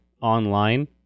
online